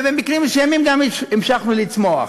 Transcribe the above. ובמקרים מסוימים גם המשכנו לצמוח,